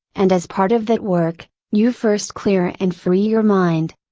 and as part of that work, you first clear and free your mind.